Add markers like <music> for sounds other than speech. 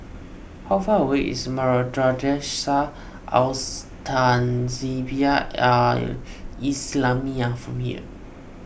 how far away is <unintelligible> Al <unintelligible> Tahzibiah Al Islamiah from here